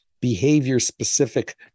behavior-specific